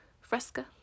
fresca